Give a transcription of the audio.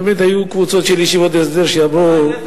באמת היו קבוצות של ישיבות הסדר, אומרים